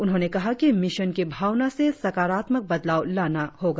उन्होंने कहा कि मिशन की भावना से साकारात्मक बदलाव लाना होगा